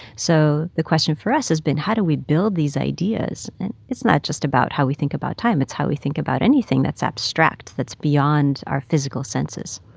so the question for us has been, how do we build these ideas? and it's not just about how we think about time. it's how we think about anything that's abstract, that's beyond our physical senses.